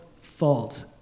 fault